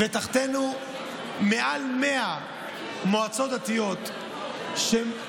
יש תחתינו מעל 100 מועצות דתיות שאחראיות